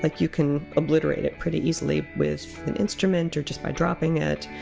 like you can obliterate it pretty easily with an instrument or just by dropping it,